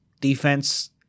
defense